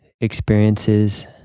experiences